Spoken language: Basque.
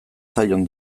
zaion